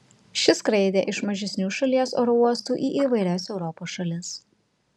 ši skraidė iš mažesnių šalies oro uostų į įvairias europos šalis